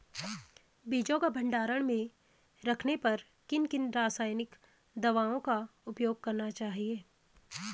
बीजों को भंडारण में रखने पर किन किन रासायनिक दावों का उपयोग करना चाहिए?